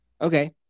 Okay